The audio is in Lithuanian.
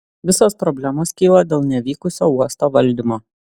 visos problemos kyla dėl nevykusio uosto valdymo